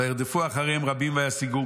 וירדפו אחריהם רבים וישיגום